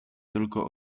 tylko